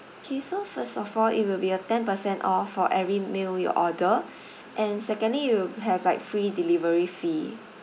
okay so first of all it will be a ten percent off for every meal your order and secondly you will have like free delivery fee